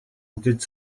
үзэж